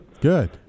Good